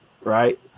right